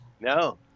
No